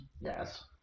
Yes